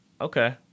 Okay